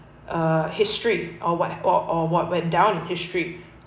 uh history or what or or what went down in history